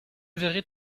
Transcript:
verrai